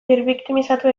birbiktimizatu